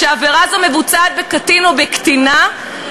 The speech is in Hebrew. כשעבירה זו מבוצעת בקטין או בקטינה,